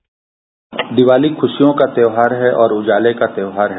bite Diwali खुशियों का त्योहार है और उजाले का त्योहार है